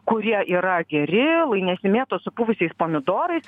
kurie yra geri lai nesimėto supuvusiais pomidorais